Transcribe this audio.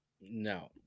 No